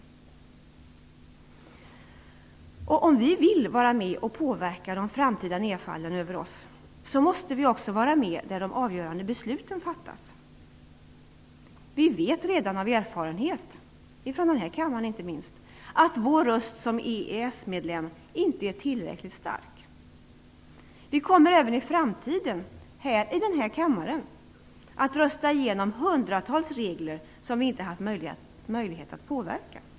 Om vi vill vara med och påverka de framtida nedfallen över oss måste vi också vara med där de avgörande besluten fattas. Vi vet redan av erfarenhet - från den här kammaren, inte minst - att vår röst som EES-medlem inte är tillräckligt stark. Vi kommer även i framtiden att här i denna kammare rösta igenom hundratals regler som vi inte haft möjlighet att påverka.